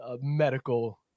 medical